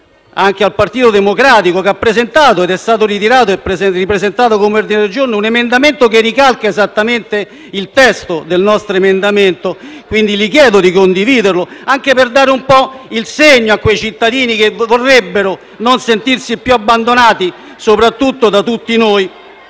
anche al Partito Democratico, che ha presentato un emendamento (poi ritirato e ripresentato come ordine del giorno) che ricalca esattamente il testo del nostro emendamento, di condividerlo, anche per dare un po' il segno a quei cittadini, che vorrebbero non sentirsi più abbandonati da tutti noi,